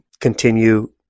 continue